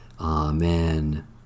Amen